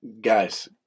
guys